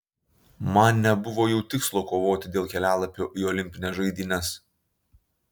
man nebuvo jau tikslo kovoti dėl kelialapio į olimpines žaidynes